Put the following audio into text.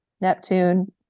Neptune